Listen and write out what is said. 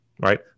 Right